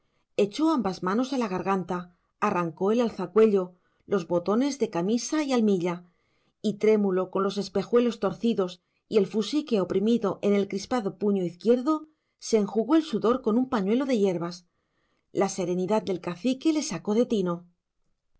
echó ambas manos a la garganta arrancó el alzacuello los botones de camisa y almilla y trémulo con los espejuelos torcidos y el fusique oprimido en el crispado puño izquierdo se enjugó el sudor con un pañuelo de hierbas la serenidad del cacique le sacó de tino